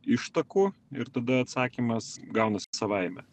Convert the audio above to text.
ištakų ir tada atsakymas gaunasi savaime